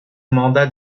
mandat